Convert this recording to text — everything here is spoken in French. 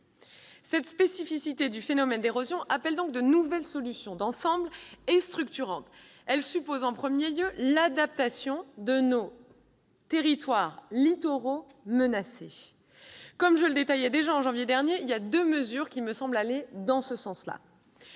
Cette spécificité du phénomène d'érosion appelle donc de nouvelles solutions d'ensemble et structurantes. Elle suppose, en premier lieu, l'adaptation de nos territoires littoraux menacés. Comme je le détaillais déjà en janvier dernier, deux mesures me semblent aller en ce sens.